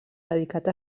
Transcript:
dedicat